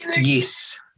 Yes